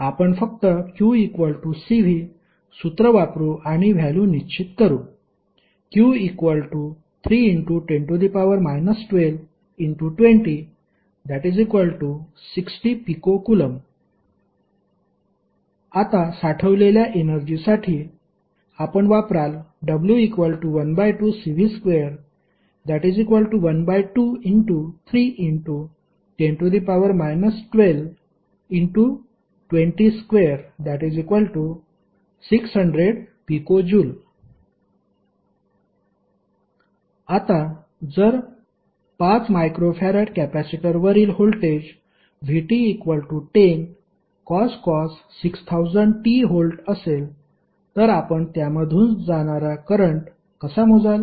आपण फक्त qCv सूत्र वापरू आणि व्हॅल्यु निश्चित करू q310 122060 pC आता साठवलेल्या एनर्जीसाठी आपण वापराल w12Cv212310 12202600 pJ आता जर 5 μF कॅपेसिटरवरील व्होल्टेज vt10cos 6000t V असेल तर आपण त्यामधून जाणारा करंट कसा मोजाल